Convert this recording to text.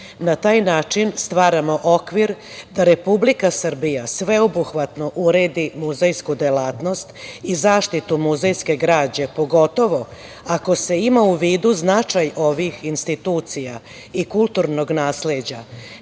Na taj način stvaramo okvir da Republika Srbija sveobuhvatno uredi muzejsku delatnost i zaštitu muzejske građe, pogotovo ako se ima u vidu značaj ovih institucija i kulturnog nasleđa